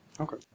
Okay